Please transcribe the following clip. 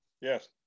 Yes